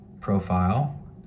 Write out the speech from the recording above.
profile